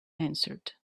answered